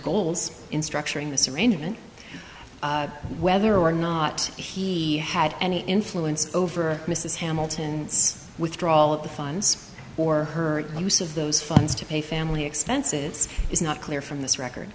goals in structuring this arrangement whether or not he had any influence over mrs hamilton withdrawal of the funds or her use of those funds to pay family expenses is not clear from this record